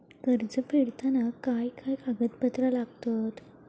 कर्ज फेडताना काय काय कागदपत्रा लागतात?